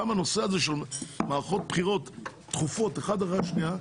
גם הנושא הזה של מערכות בחירות תכופות אחת אחרי השנייה,